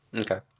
Okay